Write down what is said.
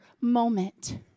moment